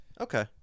Okay